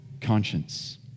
conscience